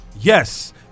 Yes